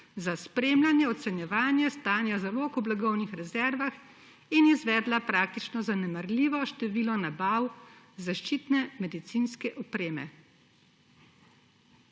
za spremljanje, ocenjevanje stanja zalog v blagovnih rezervah in je izvedla praktično zanemarljivo število nabav zaščitne medicinske opreme.